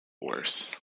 worse